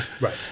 right